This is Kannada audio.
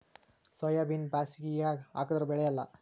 ಸೋಯಾಬಿನ ಬ್ಯಾಸಗ್ಯಾಗ ಹಾಕದರ ಬೆಳಿಯಲ್ಲಾ?